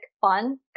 fun